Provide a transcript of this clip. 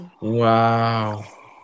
Wow